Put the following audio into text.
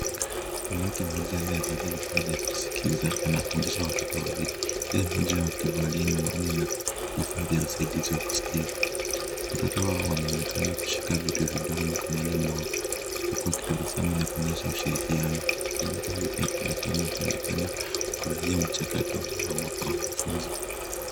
Mwanamke mmoja anayafalia vifaa vya kusikisa anawafundisha watoto wawili, Kila moja akifalia miwani na vifaa vya usaidisi wa kusikia, watoto Hawa wanaonekana kushika vitu vidogo mkononi mwao uku wakitabasamu na kuonyesha ushirikiano na mke huyu pia anatabasamu akionekana kufuraia mchakado wa mapaa wa mafunzo